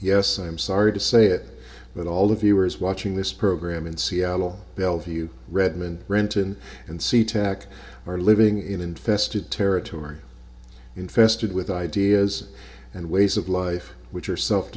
yes i'm sorry to say it but all the viewers watching this program in seattle bellevue redmond renton and sea tac are living in infested territory infested with ideas and ways of life which are self